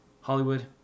Hollywood